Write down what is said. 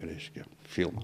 reiškia filmą